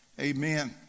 Amen